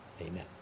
Amen